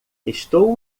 estou